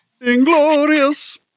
Inglorious